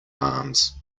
arms